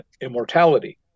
immortality